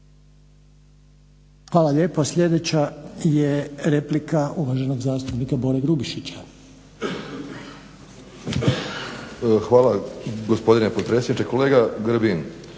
Hvala lijepo. Sljedeća je replika uvaženog zastupnika Bore Grubišića. **Grubišić, Boro (HDSSB)** Hvala gospodine potpredsjedniče. Kolega Grbin,